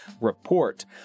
Report